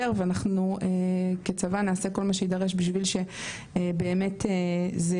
ואנחנו כצבא נעשה כל מה שיידרש בשביל שבאמת זה